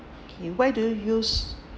okay you where do you use